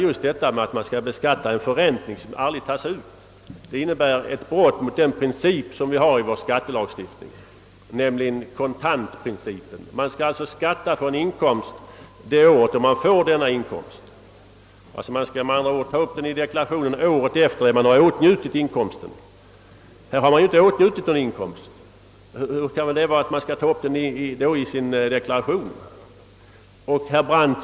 Att beskatta en förräntning som aldrig tas ut innebär ett brott mot den princip som vi har i vår skattelagstiftning, nämligen <kontantprincipen. Man skall skatta för en inkomst det år man får denna inkomst. Man skall med andra ord uppta den i deklarationen året efter det att man åtnjutit inkomsten. I detta fall har man inte åtnjutit någon inkomst. Men hur kan man då begära att inkomsten skall upptas i deklarationen? Herr Brandt!